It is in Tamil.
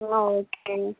ஆ ஓகேங்க